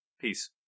Peace